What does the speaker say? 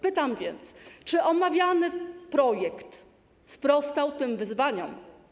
Pytam: Czy omawiany projekt sprostał tym wyzwaniom?